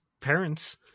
parents